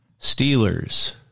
Steelers